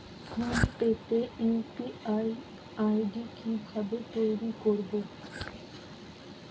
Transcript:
Phone pay তে UPI ID কি ভাবে তৈরি করবো?